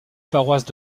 paroisse